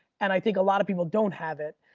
and i think a lot of people don't have it,